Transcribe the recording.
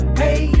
hey